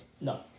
No